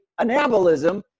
anabolism